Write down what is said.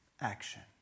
action